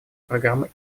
программы